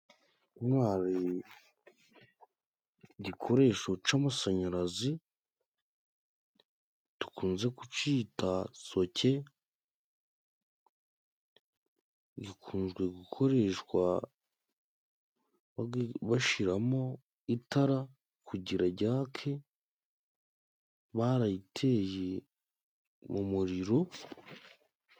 Intwaro, igikoresho cy'amashanyarazi, dukunze kucyita soke, gikunze gukoreshwa bashyiramo itara kugira ngo ryake, bayiteye mu muriro.